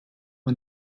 man